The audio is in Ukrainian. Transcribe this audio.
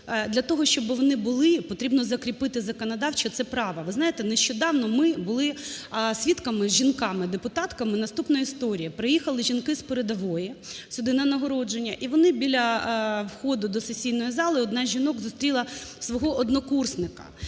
Для того, щоб вони були, потрібно закріпити законодавчо це право. Ви знаєте, нещодавно ми були свідками, жінками-депутатками, наступної історії. Приїхали жінки з передової сюди на нагородження, і вони біля входу до сесійної зали, одна з жінок зустріла свого однокурсника,